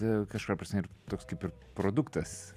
kažkuria prasme ir toks kaip ir produktas